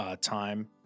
time